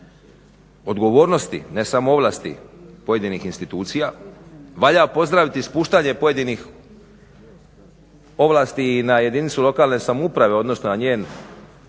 odgovornosti ne samo ovlasti pojedinih institucija. Valja pozdraviti spuštanje pojedinih ovlasti i na jedinicu lokalne samouprave odnosno na njen